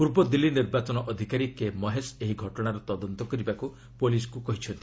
ପୂର୍ବ ଦିଲ୍ଲୀ ନିର୍ବାଚନ ଅଧିକାରୀ କେ ମହେଶ ଏହି ଘଟଣାର ତଦନ୍ତ କରିବାକୁ ପୁଲିସ୍କୁ କହିଛନ୍ତି